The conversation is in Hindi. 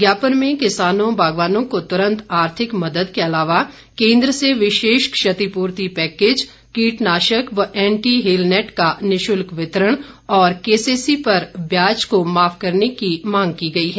ज्ञापन में किसानों बागवानों को तुरंत आर्थिक मदद के अलावा केन्द्र से विशेष क्षतिपूर्ति पैकेज कीटनाशक व एंटी हेलनेट का निशुल्क वितरण और केसीसी पर ब्याज को माफ करने की मांग की गई है